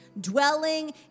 dwelling